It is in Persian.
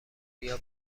بیا